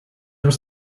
was